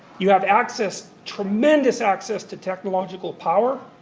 you have access, tremendous access, to technological power.